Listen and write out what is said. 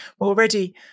already